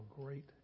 great